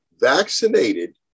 vaccinated